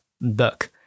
book